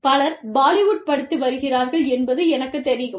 பலர் பாலிவுட் படித்து வருகிறார்கள் என்பது எனக்குத் தெரியும்